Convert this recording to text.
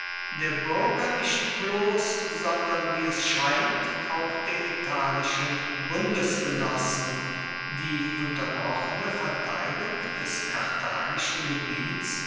der bürger nicht bloß sondern wie es scheint auch der italischen bundesgenossen die unterbrochene verteilung des karthagischen gebiets